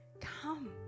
come